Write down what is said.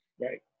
Right